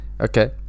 Okay